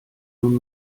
nun